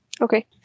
Okay